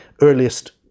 earliest